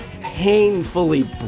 painfully